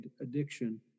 addiction